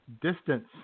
distance